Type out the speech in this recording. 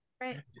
right